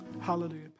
Hallelujah